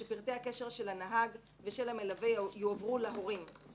היא שפרטי הקשר של הנהג ושל המלווה יועברו להורים.